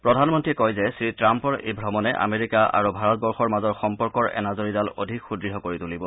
প্ৰধানমন্ত্ৰীয়ে কয় যে শ্ৰীট্টাম্পৰ এই ভ্ৰমণে আমেৰিকা আৰু ভাৰতবৰ্ষৰ মাজৰ সম্পৰ্কৰ এনাজৰীডাল অধিক সুদৃঢ় কৰি তুলিব